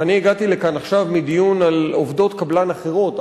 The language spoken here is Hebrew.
ואני הגעתי לכאן עכשיו מדיון על עובדות קבלן אחרות,